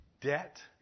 debt